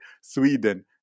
Sweden